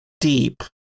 deep